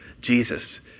Jesus